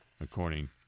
according